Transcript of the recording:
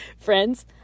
Friends